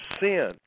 sin